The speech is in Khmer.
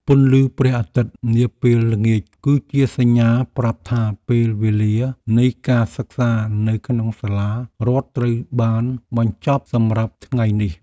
ពន្លឺព្រះអាទិត្យនាពេលល្ងាចគឺជាសញ្ញាប្រាប់ថាពេលវេលានៃការសិក្សានៅក្នុងសាលារដ្ឋត្រូវបានបញ្ចប់សម្រាប់ថ្ងៃនេះ។